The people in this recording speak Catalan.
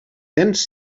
cents